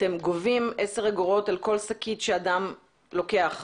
אתם גובים 10 אגורות על כל שקית שאדם לוקח.